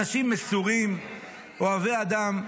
אנשים מסורים אוהבי אדם.